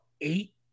eight